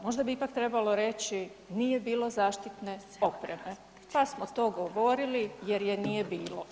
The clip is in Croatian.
Možda bi ipak trebalo reći nije bilo zaštitne opreme, pa smo to govorili jer je nije bilo.